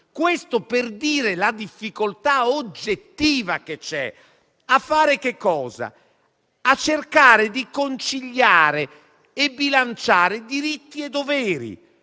Questo è per dire la difficoltà oggettiva che c'è nel cercare di conciliare e di bilanciare diritti e doveri.